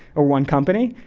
or one company.